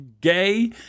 gay